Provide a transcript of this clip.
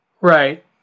Right